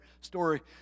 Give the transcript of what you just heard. story